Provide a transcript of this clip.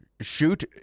shoot